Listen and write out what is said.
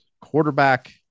quarterback